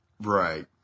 Right